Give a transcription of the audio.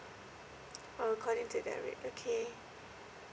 oh according to the rate okay